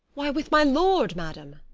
why, with my lord, madam.